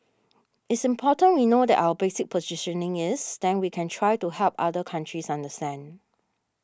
it's important we know what our basic positioning is then we can try to help other countries understand